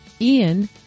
Ian